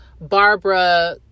Barbara